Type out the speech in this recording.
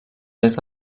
est